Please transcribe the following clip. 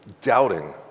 Doubting